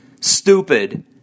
stupid